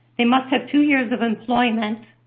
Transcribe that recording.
they must have two years of employment.